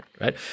right